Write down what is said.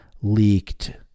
leaked